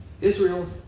Israel